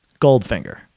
goldfinger